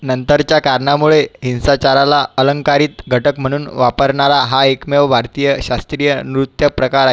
नंतरच्या कारणामुळे हिंसाचाराला अलंकारिक घटक म्हणून वापरणारा हा एकमेव भारतीय शास्त्रीय नृत्य प्रकार